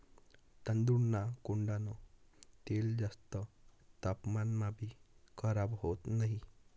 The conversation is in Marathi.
तांदूळना कोंडान तेल जास्त तापमानमाभी खराब होत नही